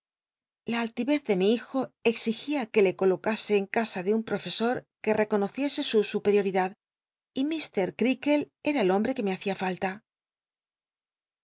la altivez de mi hijo exigía c uc le colocase en casa flc un profesol iuc reconociese su superioridad y ir creakle era el hombt'c c ue me hacia